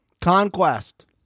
Conquest